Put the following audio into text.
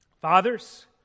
Fathers